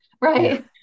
right